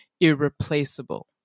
irreplaceable